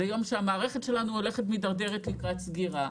זה יום שהמערכת שלנו הולכת ומידרדרת לקראת סגירה.